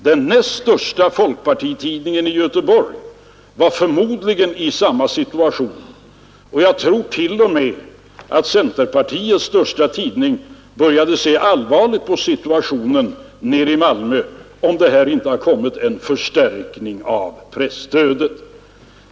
Den näst största folkpartitidningen i Göteborg var förmodligen i samma situation, och jag tror till och med att centerpartiets största tidning, nere i Malmö, börjat se allvarligt på situationen, om det inte skett en förstärkning av presstödet.